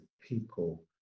people